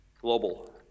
Global